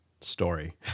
story